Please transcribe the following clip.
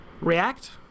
react